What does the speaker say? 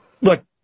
Look